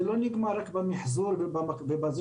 זה לא נגמר רק במחזור ובפלסטיק,